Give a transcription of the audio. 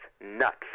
nuts